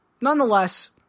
nonetheless